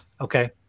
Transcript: Okay